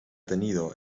tenido